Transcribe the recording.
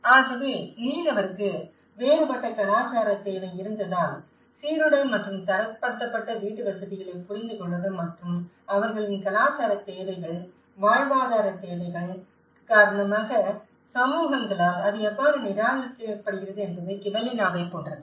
ஆகவே மீனவருக்கு வேறுபட்ட கலாச்சாரத் தேவை இருந்தால் சீரான மற்றும் தரப்படுத்தப்பட்ட வீட்டுவசதிகளைப் புரிந்துகொள்வது மற்றும் அவர்களின் கலாச்சாரத் தேவைகள் வாழ்வாதாரத் தேவைகள் காரணமாக சமூகங்களால் அது எவ்வாறு நிராகரிக்கப்படுகிறது என்பது கிபெல்லினாவைப் போன்றது